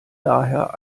daher